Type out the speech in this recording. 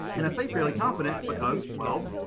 and i say fairly confident because well,